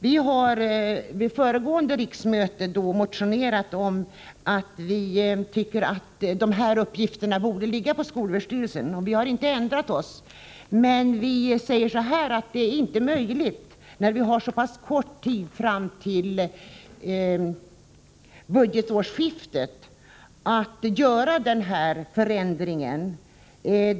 Vi har vid föregående riksmöte motionerat om att dessa uppgifter borde ligga på skolöverstyrelsen. Vi har inte ändrat oss där, men vi säger att det inte är möjligt nu när vi har så pass kort tid fram till budgetårsskiftet att genomföra denna förändring.